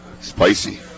Spicy